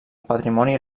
patrimoni